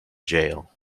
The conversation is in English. jail